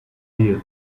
deal